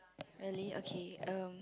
really okay um